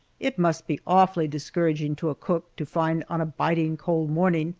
it must be awfully discouraging to a cook to find on a biting cold morning,